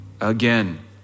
Again